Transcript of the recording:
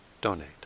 donate